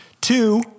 Two